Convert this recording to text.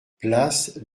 place